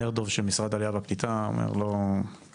זאת המשמעות, זה לא לדיוני תקציב.